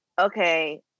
Okay